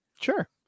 sure